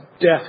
death